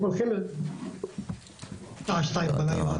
נוסעים בשעה שתיים בלילה,